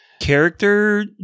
character